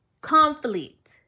conflict